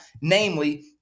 namely